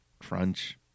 Crunch